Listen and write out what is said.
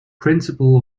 principle